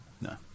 No